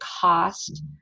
cost